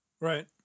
Right